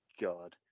God